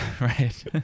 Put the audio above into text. right